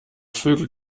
vögel